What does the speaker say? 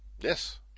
Yes